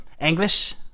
English